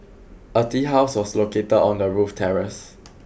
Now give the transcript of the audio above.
a tea house was located on the roof terrace